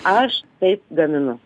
aš taip gaminu